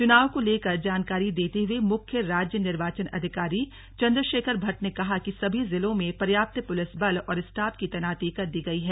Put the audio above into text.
चुनाव को लेकर जानकारी देते हुए मुख्य राज्य निर्वाचन अधिकारी चंद्रशेखर भट्ट ने कहा कि सभी जिलों में पर्याप्त पुलिस बल और स्टॉफ की तैनाती कर दी गई है